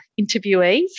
interviewees